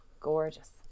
gorgeous